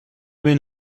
been